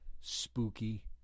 spooky